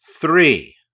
three